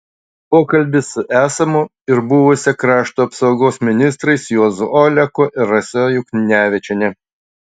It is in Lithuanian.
pokalbis su esamu ir buvusia krašto apsaugos ministrais juozu oleku ir rasa juknevičiene